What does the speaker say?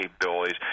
capabilities